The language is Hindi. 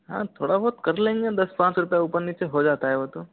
हाँ थोड़ा बहुत कर लेंगे दस पाँच रुपए ऊपर नीचे हो जाता है वो तो